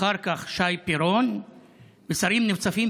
אחר כך שי פירון ושרים נוספים.